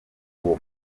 uwo